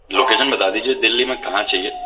location بتا دیجیے دہلی میں کہاں چاہیے